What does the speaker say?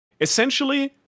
essentially